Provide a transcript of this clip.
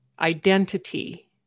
identity